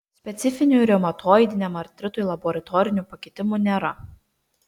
specifinių reumatoidiniam artritui laboratorinių pakitimų nėra